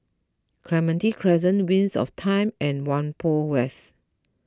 Clementi Crescent Wings of Time and Whampoa West